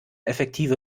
effektive